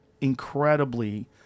incredibly